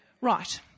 right